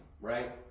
right